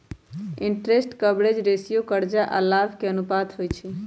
interest coverage ratio करजा आऽ लाभ के अनुपात होइ छइ